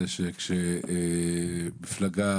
כשמפלגה,